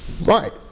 right